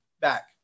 back